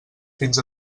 fins